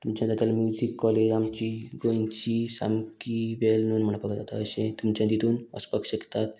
तुमच्या जाता जाल्यार म्युजीक कॉलेज आमची गोंयची सामकी वेल नोन म्हणपाक जाता अशें तुमच्या तितून वचपाक शकतात